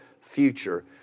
future